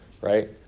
right